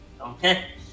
Okay